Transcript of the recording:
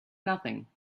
nothing